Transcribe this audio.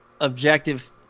objective